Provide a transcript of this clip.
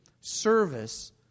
service